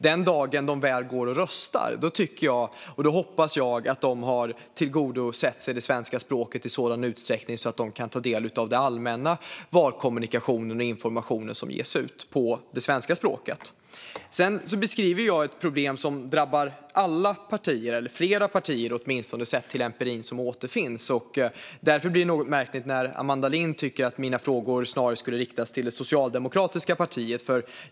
Den dagen de väl går och röstar hoppas jag att de har tillgodogjort sig det svenska språket i sådan utsträckning att de kan ta del av den allmänna valkommunikationen och informationen som ges ut på det svenska språket. Jag beskriver ett problem som drabbar alla partier eller åtminstone flera partier, sett till empirin som finns. Därför blir det något märkligt när Amanda Lind tycker att mina frågor snarare skulle riktas till det socialdemokratiska partiet.